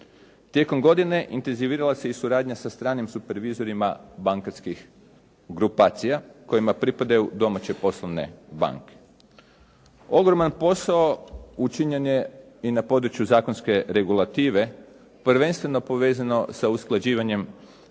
Tijekom godine intenzivirala se i suradnja sa stranim supervizorima bankarskih grupacija kojima pripadaju domaće poslovne banke. Ogroman posao učinjen je i na području zakonske regulative prvenstveno povezano sa usklađivanjem